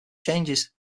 changes